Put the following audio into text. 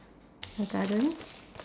a garden